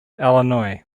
illinois